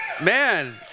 Man